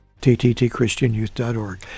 TTTChristianYouth.org